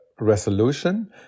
resolution